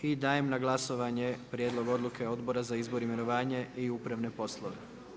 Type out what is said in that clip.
I dajem na glasovanje Prijedlog odluke Odbora za izbor, imenovanje i upravne poslove.